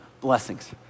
Blessings